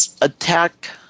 attack